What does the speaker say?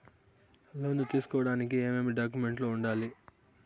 లోను తీసుకోడానికి ఏమేమి డాక్యుమెంట్లు ఉండాలి